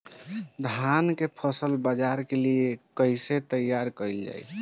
धान के फसल बाजार के लिए कईसे तैयार कइल जाए?